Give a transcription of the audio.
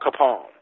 capone